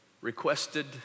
requested